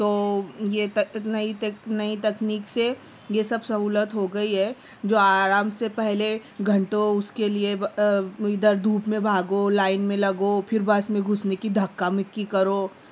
تو یہ تک نئی تک نئی تکنیک سے یہ سب سہولت ہو گئی ہے جو آرام سے پہلے گھنٹوں اس کے لیے ادھر دھوپ میں بھاگو لائن میں لگو پھر بس میں گھسنے کی دھکا مکی کرو